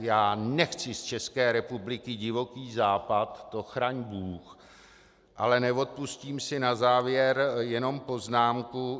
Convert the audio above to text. Já nechci z České republiky Divoký západ, to chraň bůh, ale neodpustím si na závěr jenom poznámku.